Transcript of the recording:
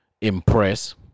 impress